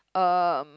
um